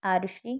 Aarushi